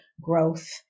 growth